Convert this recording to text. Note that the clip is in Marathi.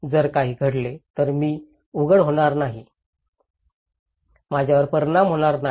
म्हणून जर काही घडले तर मी उघड होणार नाही माझ्यावर परिणाम होणार नाही